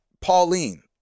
Pauline